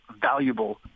valuable